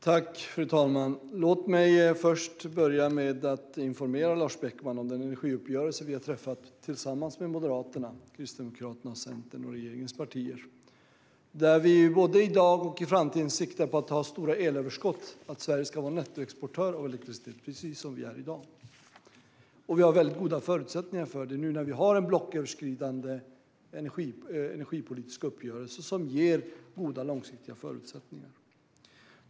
Fru talman! Låt mig börja med att informera Lars Beckman om den energiuppgörelse vi har träffat tillsammans med Moderaterna, Kristdemokraterna, Centern och regeringens partier, där vi både i dag och i framtiden siktar på att ha stora elöverskott och att Sverige ska vara en nettoexportör av elektricitet precis som i dag. Vi har väldigt goda förutsättningar för det när vi nu har en blocköverskridande energipolitisk uppgörelse som ger goda och långsiktiga förutsättningar.